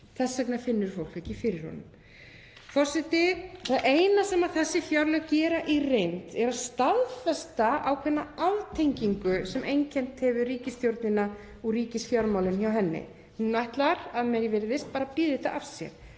Þess vegna finnur fólk ekki fyrir honum. Forseti. Það eina sem þessi fjárlög gera í reynd er staðfesta ákveðna aftengingu sem einkennt hefur ríkisstjórnina og ríkisfjármálin hjá henni. Hún ætlar, að manni virðist, bara að bíða þetta af sér.